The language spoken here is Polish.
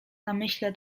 namyśle